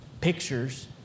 pictures